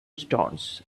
stones